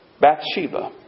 Bathsheba